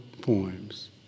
poems